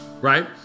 Right